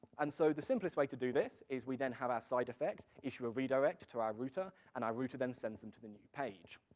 and so the simplest way to do this, is we then have our side effect issue a redirect to our router, and our router then sends them to the new page.